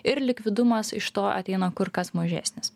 ir likvidumas iš to ateina kur kas mažesnis